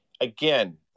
Again